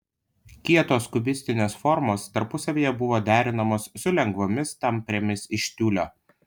kietos kubistinės formos tarpusavyje buvo derinamos su lengvomis tamprėmis iš tiulio